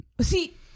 see